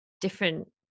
different